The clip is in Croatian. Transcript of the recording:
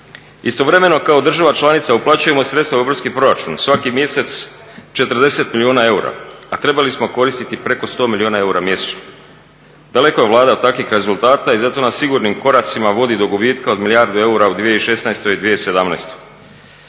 Istovremeno kao država članica uplaćujemo sredstva u europski proračun, svaki mjesec 40 milijuna eura a trebali smo koristiti preko 100 milijuna eura mjesečno. Daleko je Vlada od takvih rezultata, i zato nas sigurnim koracima vodi do gubitka od milijardu eura u 2016. i 2017.